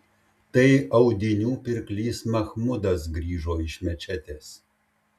tai audinių pirklys machmudas grįžo iš mečetės